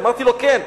אמרתי לו: כן.